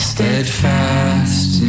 Steadfast